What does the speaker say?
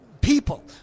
people